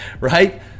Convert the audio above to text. right